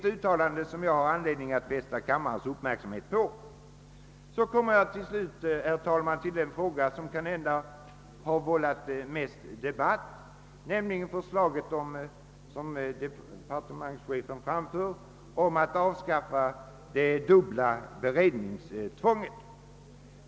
Slutligen vill jag säga några ord om den fråga som kanske vållat mest debatt, nämligen <departementschefens förslag om att avskaffa det dubbla beredningstvånget.